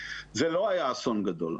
זה לא היה אסון גדול,